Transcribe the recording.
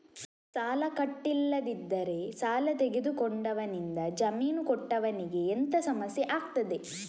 ಸಾಲ ಕಟ್ಟಿಲ್ಲದಿದ್ದರೆ ಸಾಲ ತೆಗೆದುಕೊಂಡವನಿಂದ ಜಾಮೀನು ಕೊಟ್ಟವನಿಗೆ ಎಂತ ಸಮಸ್ಯೆ ಆಗ್ತದೆ?